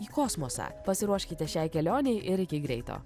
į kosmosą pasiruoškite šiai kelionei ir iki greito